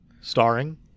starring